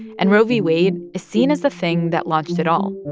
and roe v. wade is seen as the thing that launched it all.